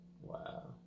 Wow